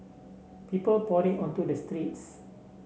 people pouring onto the streets